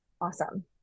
awesome